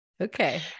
okay